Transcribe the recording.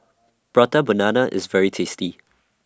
Prata Banana IS very tasty